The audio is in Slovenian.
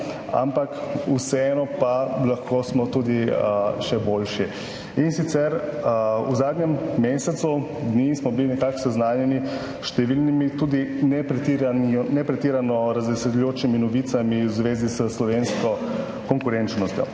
podatki, vseeno pa smo lahko tudi še boljši. In sicer, v zadnjem mesecu dni smo bili seznanjeni s številnimi tudi ne pretirano razveseljujočimi novicami v zvezi s slovensko konkurenčnostjo.